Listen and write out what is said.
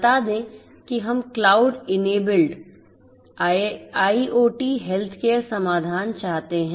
बता दें कि हम क्लाउड इनेबल्ड IOT हेल्थकेयर समाधान चाहते हैं